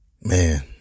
man